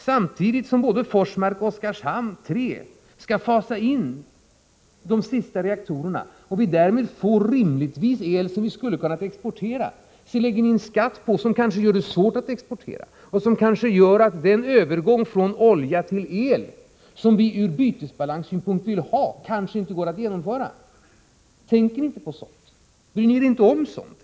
Samtidigt som man när det gäller både Forsmark och Oskarshamn 3 skall fasa in de sista reaktorerna och vi därmed rimligtvis får el som kunde exporteras, lägger ni på skatt så att det kanske blir svårt att exportera el. Kanske blir det därmed så, att den övergång från olja till el som vi ur bytesbalanssynpunkt vill ha inte går att genomföra. Tänker ni inte på sådant? Bryr ni er inte om sådant?